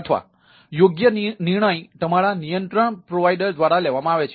અથવા યોગ્ય નિર્ણય તમારા નિયંત્રણ પ્રોવાઇડર દ્વારા લેવામાં આવે છે